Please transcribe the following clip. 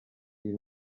iyi